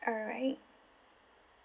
alright